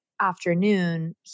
afternoon